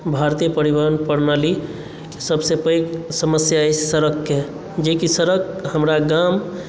भारतीय परिवहन प्रणालीकेँ सबसे पैघ समस्या अछि सड़कके जेकि सड़क हमरा गाम